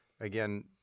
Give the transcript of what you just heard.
again